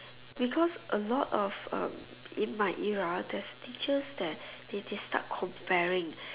because a lot of um in my era there's teachers that they they start comparing